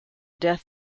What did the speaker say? death